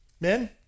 Men